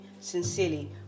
sincerely